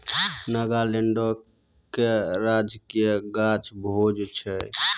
नागालैंडो के राजकीय गाछ भोज छै